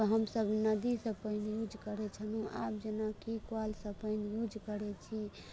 हमसब नदी सबके यूज करै छलहुँ आब जेनाकि कल पानिके यूज करैत छी